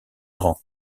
grand